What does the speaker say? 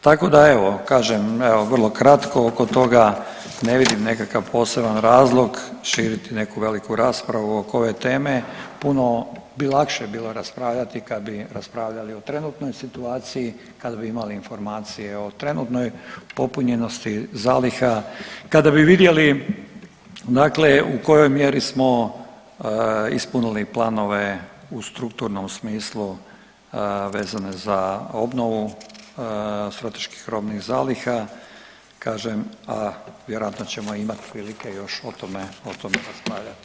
Tako da evo, kažem, evo, vrlo kratko oko toga, ne vidim nekakav poseban razlog širiti neku veliku raspravu oko ove teme, puno bi lakše bilo raspravljati kad bi raspravljali o trenutnoj situaciji, kada bi imali informacije o trenutnoj popunjenosti zaliha, kada bi vidjeli dakle u kojoj mjeri smo ispunili planove u strukturnom smislu vezane za obnovu strateških robnih zaliha, kažem, a vjerojatno ćemo imati prilike još o tome raspravljati.